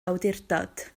awdurdod